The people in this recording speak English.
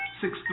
Six